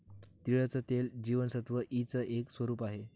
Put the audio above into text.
तिळाचं तेल जीवनसत्व ई च एक स्वरूप आहे